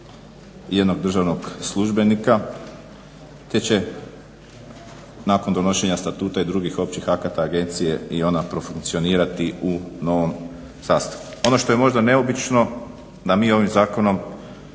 jednog državnog službenika, te će nakon donošenja Statuta i drugih općih akata agencije i ona profunkcionirati u novom sastavu. Ono što je možda neobično, da mi ovim zakonom